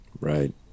Right